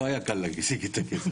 לא היה קל להשיג את הכסף,